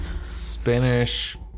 Spanish